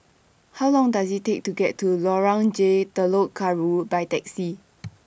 How Long Does IT Take to get to Lorong J Telok Kurau By Taxi